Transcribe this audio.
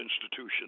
institution